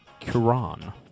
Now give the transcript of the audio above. Quran